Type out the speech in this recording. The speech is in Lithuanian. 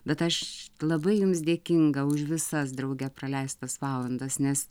bet aš labai jums dėkinga už visas drauge praleistas valandas nes